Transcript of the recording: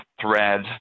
Thread